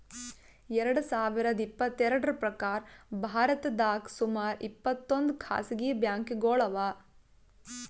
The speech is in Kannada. ಎರಡ ಸಾವಿರದ್ ಇಪ್ಪತ್ತೆರಡ್ರ್ ಪ್ರಕಾರ್ ಭಾರತದಾಗ್ ಸುಮಾರ್ ಇಪ್ಪತ್ತೊಂದ್ ಖಾಸಗಿ ಬ್ಯಾಂಕ್ಗೋಳು ಅವಾ